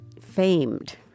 famed